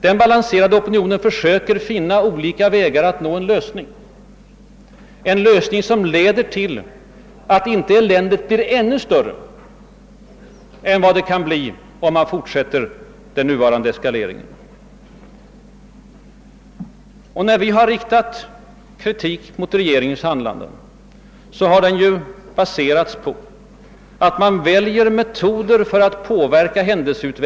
Denna balanserade opinion försöker finna olika vägar för att nå en lösning, en lösning som leder till att eländet inte blir ändå större än det kan bli om den nuvarande eskaleringen fortsätter. När vi riktat kritik mot regeringens handlande har denna baserats på att regeringen för att påverka händelseut-.